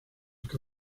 que